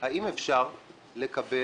האם אפשר לקבל